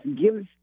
gives